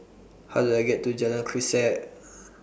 How Do I get to Jalan Grisek